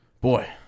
Boy